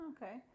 Okay